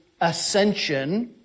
ascension